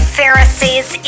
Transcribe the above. Pharisees